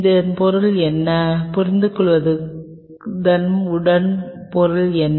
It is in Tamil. இதன் பொருள் என்ன புரிந்துகொள்வதன் உட்பொருள் என்ன